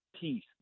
Peace